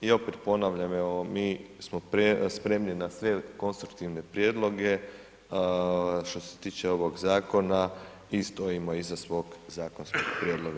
I opet ponavljam evo mi smo spremni na sve konstruktivne prijedloga što se tiče ovog zakona i stojimo iza svog zakonskog prijedloga.